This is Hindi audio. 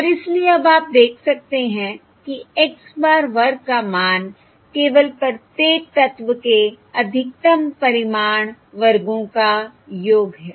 और इसलिए अब आप देख सकते हैं कि x bar वर्ग का मान केवल प्रत्येक तत्व के अधिकतम परिमाण वर्गों का योग है